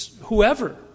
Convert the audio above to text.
whoever